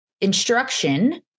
instruction